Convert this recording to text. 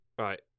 right